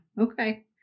okay